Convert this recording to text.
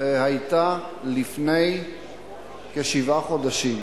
היתה לפני כשבעה חודשים.